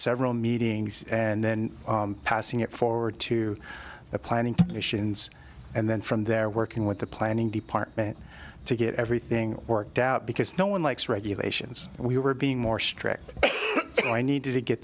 several meetings and then passing it forward to the planning missions and then from there working with the planning department to get everything worked out because no one likes regulations we were being more strict i need to get